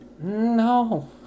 No